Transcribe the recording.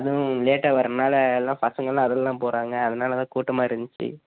அதுவும் லேட்டாக வர்றனால எல்லாம் பசங்களெலாம் அதில் தான் போகிறாங்க அதனால தான் கூட்டமாக இருந்துச்சு